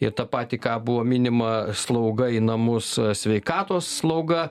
ir tą patį ką buvo minima slauga į namus sveikatos slauga